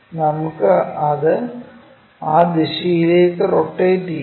നമുക്ക് അത് ആ ദിശയിലേക്ക് റൊട്ടേറ്റ് ചെയ്യാം